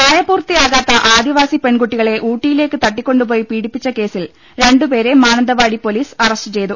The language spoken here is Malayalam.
പ്രായപൂർത്തിയാകാത്ത ആദിവാസി പെൺകുട്ടികളെ ഊട്ടി യിലേക്ക് തട്ടിക്കൊണ്ടു പോയി പീഡിപ്പിച്ച കേസിൽ രണ്ടു പേരെ മാനന്തവാടി പൊലീസ് അറസ്റ്റു ചെയ്തു